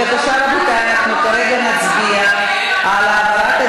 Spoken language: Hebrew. אני רוצה ששר החינוך יהיה שר חינוך